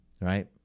Right